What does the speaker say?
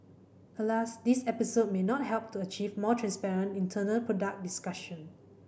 alas this episode may not help to achieve more transparent internal product discussion